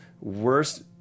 worst